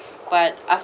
but